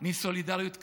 מסולידריות כללית.